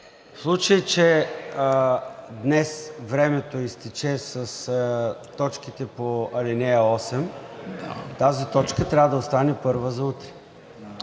В случай че днес времето изтече с точките по ал. 8, тази точка трябва да остане първа за утре.